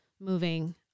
moving